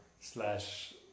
slash